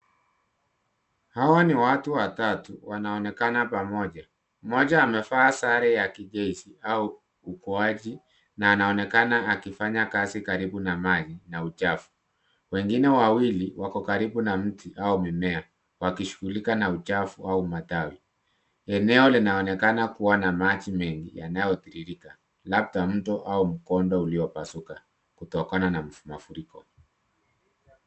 Hawa ni watu watatu wanaonekana pamoja. Mmoja amevaa sare ya kijeshi au uokoaji na anaonekana akifanya kazi karibu na maji na uchafu . Wengine wawili wako karibu na mti au mimea wakishughulika na uchafu au matawi. Eneo linaonekana kuwa na maji mengi yanayotiririka, labda mto au mkondo uliopasuka kutokana na mafuriko.